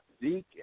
Zeke